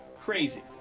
Crazy